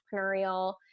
entrepreneurial